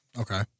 Okay